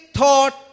thought